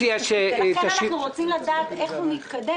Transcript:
לכן אנחנו רוצים לדעת איך הוא מתקדם